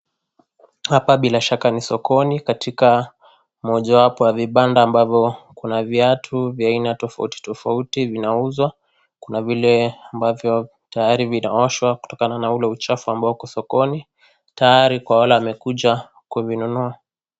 Hapa bila shaka ni sokoni, katika mojawapo ya vibanda ambavyo kuna viatu vya aina tofauti tofauti vinauzwa, kuna vile ambavyo tayari kunaoshwa kutokana na ule uchafu ambao uko sokoni tayari kwa wale wamekuja kuvinunua.